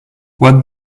what